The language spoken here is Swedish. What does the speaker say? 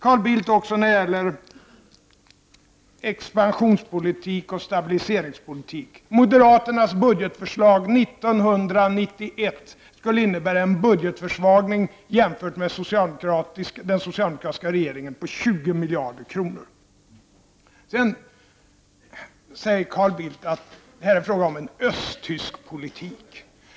När det gäller expansionspolitik och stabiliseringspolitik: moderaternas budgetförslag för 1991 skulle innebära en budgetförsvagning med 20 miljarder kronor jämfört med den socialdemokratiska regeringens. Carl Bildt säger att här är fråga om östtysk politik.